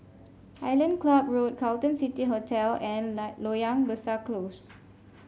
Island Club Road Carlton City Hotel and Loyang Besar Close